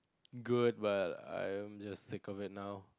good but I am just think of it now